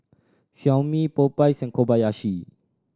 Xiaomi Popeyes and Kobayashi